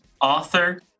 author